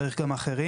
צריך גם אחרים.